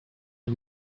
are